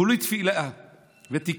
כולי תפילה ותקווה